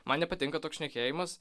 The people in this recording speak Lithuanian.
man nepatinka toks šnekėjimas